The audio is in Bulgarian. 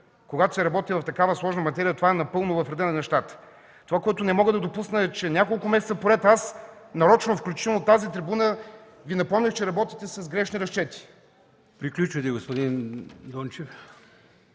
Когато се работи с такава сложна материя, това е напълно в реда на нещата. Това, което не мога да допусна, е, че няколко месеца поред аз нарочно, включително от тази трибуна Ви напомнях, че работите с грешни разчети. ПРЕДСЕДАТЕЛ АЛИОСМАН ИМАМОВ: